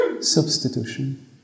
Substitution